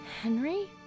Henry